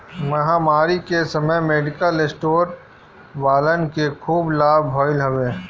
महामारी के समय मेडिकल स्टोर वालन के खूब लाभ भईल हवे